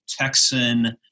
Texan